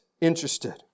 interested